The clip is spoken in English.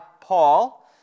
Paul